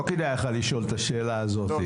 לא כדאי לך לשאול את השאלה הזאת.